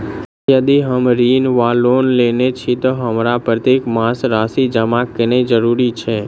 यदि हम ऋण वा लोन लेने छी तऽ हमरा प्रत्येक मास राशि जमा केनैय जरूरी छै?